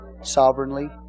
sovereignly